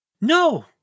No